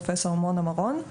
פרופ' מונא מארון,